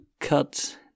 cut